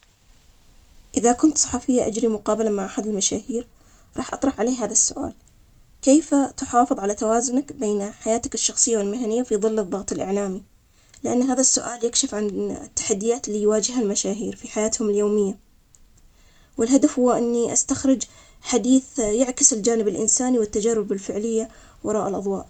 إذا كنت صحفي بسأل المشهور عن التحديات اللي واجهها في مسيرته، أسأل مثلاً: ما هي أكبر عقبة واجهتها, كيف اتغلبت عليها؟ لأن هذا السؤال يعطي الجمهور نظرة أعمق عن شخصيته, ويشجعهم على الإستفادة من تجربته, بعدين يمكن أسأل عن مشاريعه الجديدة أو عن أي رسالة يحب هو يوصلها لجمهوره.